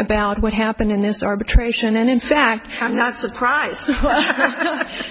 about what happened in this arbitration and in fact i'm not surprised